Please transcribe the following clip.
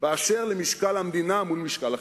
באשר למשקל המדינה מול משקל החברה.